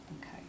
Okay